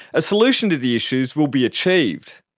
a solution to the issues will be achieved.